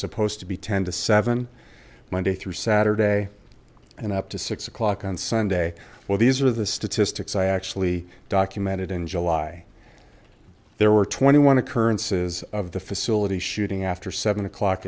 supposed to be ten to seven monday through saturday and up to six o'clock on sunday well these are the statistics i actually documented in july there were twenty one occurrences of the facility shooting after seven o'clock